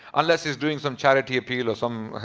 unless he's doing some charity appeal or some